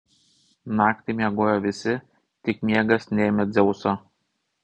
naktį miegojo visi tik miegas neėmė dzeuso